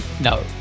no